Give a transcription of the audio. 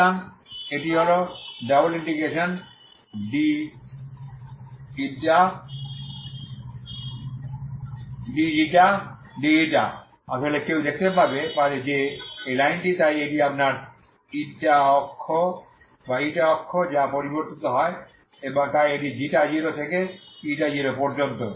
সুতরাং এটি হল ∬dξ dη আসলে কেউ দেখতে পারে যে এই লাইনটি তাই এটি আপনার অক্ষ অক্ষ যা পরিবর্তিত হয় তাই এটি 0থেকে 0 পর্যন্ত